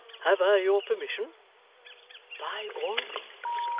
have i your permission by all means